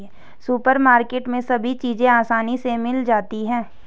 supermarket में सभी चीज़ें आसानी से मिल जाती है